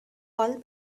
all